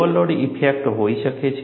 overload effect હોઈ શકે છે